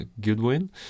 Goodwin